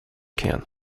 can